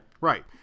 Right